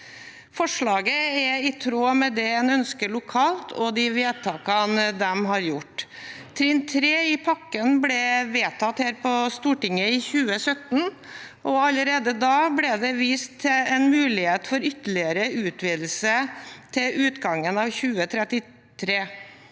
Forslaget er i tråd med det en ønsker lokalt, og de vedtakene de har gjort. Trinn 3 i pakken ble vedtatt her på Stortinget i 2017, og allerede da ble det vist til en mulighet for ytterligere utvidelse til utgangen av 2033,